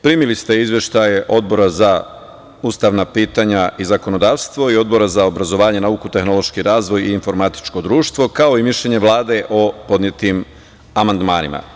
Primili ste izveštaje Odbora za ustavna pitanja i zakonodavstvo, Odbora za obrazovanje, nauku, tehnološki razvoj i informatičko društvo, kao i mišljenje Vlade o podnetim amandmanima.